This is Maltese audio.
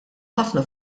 ħafna